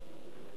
יש הבנות